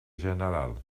general